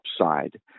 upside